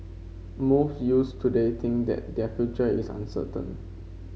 most youths today think that their future is uncertain